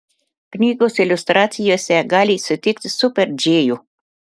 knygos iliustracijose gali sutikti super džėjų